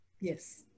Yes